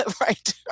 right